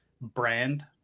brand